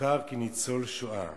הוכר כניצול שואה,